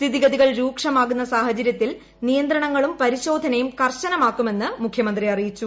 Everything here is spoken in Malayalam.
സ്ഥിതിഗതികൾ രൂക്ഷമാകുന്ന സാഹചരൃത്തിൽ നിയന്ത്രണങ്ങളും പരിശോധനയും കർശനമാക്കുമെന്ന് മുഖൃമന്ത്രി അറിയിച്ചു